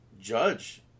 Judge